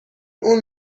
اون